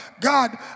God